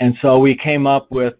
and so we came up with